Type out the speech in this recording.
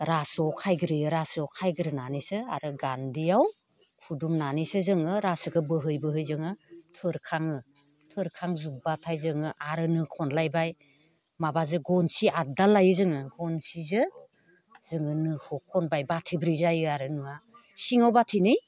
रासोआव खायग्रोयो रासोआव खायग्रोनानैसो आरो गान्दैयाव खुदुंनानैसो जोङो रासोखौ बोहै बोहै जोङो थोरखाङो थोरखांजोबबाथाय जोङो आरो नो खनलायबाय माबाजों गनसि आगदा लायो जोङो गनसिजों जोङो नोखौ खनबाय बाथि ब्रै जायो आरो नोआ सिङाव बाथिनै